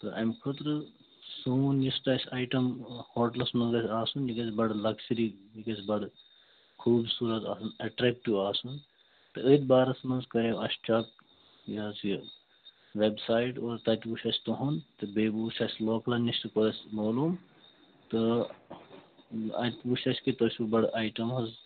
تہٕ أمۍ خٲطرٕ سون یُس تہِ اَسہِ آیٹَم ہوٹلَس منٛز گژھِ آسُن یہِ گژھِ بَڑٕ لَکجٕری یہِ گژھِ بَڑٕ خوٗبصوٗرَتھ اٮ۪ٹریکٹیوٗ آسُن تہٕ أتھۍ بارَس منٛز کریو اَسہِ چیٚک یہِ حظ یہِ ویب سایِٹ تہٕ تَتہِ وُچھ اَسہِ تُہُنٛد تہٕ بیٚیہِ بوٗز اَسہِ لوکلَن نِش تہِ گوٚو اَسہِ معلوٗم تہٕ اَسہِ وُچھ اَسہِ کہ تۄہہِ چھُو بَڑٕ آیٹَم حظ